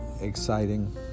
exciting